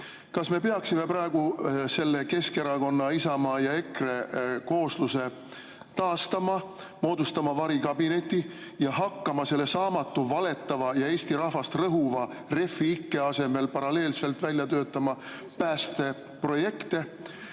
kas me peaksime praegu selle Keskerakonna, Isamaa ja EKRE koosluse taastama, moodustama varikabineti ja hakkama saamatu, valetava ja Eesti rahvast rõhuva Refi ikke asemel paralleelselt välja töötama päästeprojekte